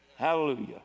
Hallelujah